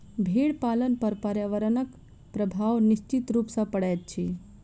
भेंड़ पालन पर पर्यावरणक प्रभाव निश्चित रूप सॅ पड़ैत छै